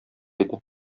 иде